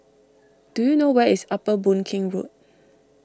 do you know where is Upper Boon Keng Road